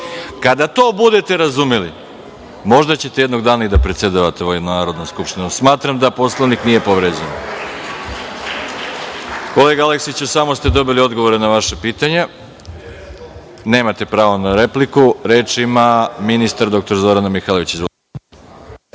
Kada to budete razumeli, možda ćete jednog dana i da predsedavate u ovoj Narodnoj skupštini. Smatram da Poslovnik nije povređen. Kolega Aleksiću, samo ste dobili odgovore na vaša pitanja, nemate pravo na repliku. Reč ima ministar dr Zorana Mihajlović. Izvolite.